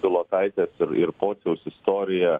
bilotaitės ir ir pociaus istorija